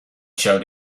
showed